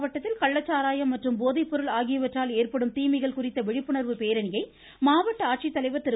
மாவட்டத்தில் கள்ளச்சாராயம் மற்றும் போதைப்பொருள் தஞ்சை ஆகியவற்றால் ஏற்படும் தீமைகள் குறித்த விழிப்புணர்வு பேரணியை மாவட்ட ஆட்சித்தலைவர் திரு